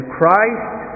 Christ